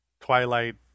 Twilight